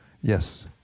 Yes